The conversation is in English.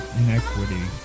inequity